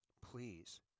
Please